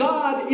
God